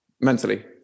mentally